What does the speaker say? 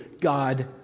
God